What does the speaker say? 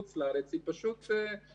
והגורמים האלה הם לא עוינים אותנו והם לא שונאים